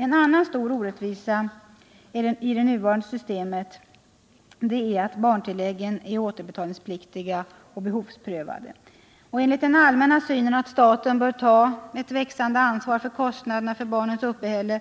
En annan stor orättvisa i det nuvarande systemet är att barntilläggen är återbetalningspliktiga och behovsprövade. Enligt den allmänna synen att staten bör ta ett växande ansvar för kostnaden för barnets uppehälle